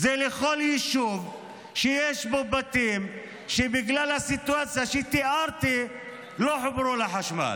זה לכל יישוב שיש בו בתים שבגלל הסיטואציה שתיארתי לא חוברו לחשמל.